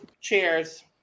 Cheers